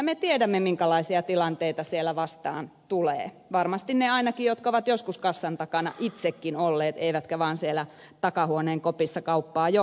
me tiedämme minkälaisia tilanteita siellä vastaan tulee varmasti ne ainakin jotka ovat joskus kassan takana itsekin olleet eivätkä vain siellä takahuoneen kopissa kauppaa johtamassa